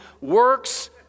works